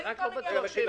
אני רק לא בטוח שאפשר.